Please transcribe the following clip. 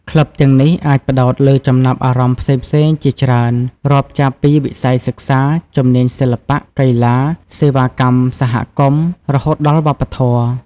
ក្លឹបទាំងនេះអាចផ្តោតលើចំណាប់អារម្មណ៍ផ្សេងៗគ្នាជាច្រើន រាប់ចាប់ពីវិស័យសិក្សា ជំនាញសិល្បៈ កីឡា សេវាកម្មសហគមន៍ រហូតដល់វប្បធម៌។